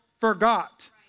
forgot